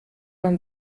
man